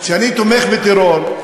שאני תומך בטרור,